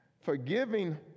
Forgiving